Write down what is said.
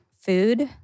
food